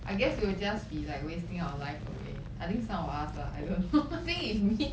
I guess you will just be like wasting our life away I think some of us lah I don't know think if you need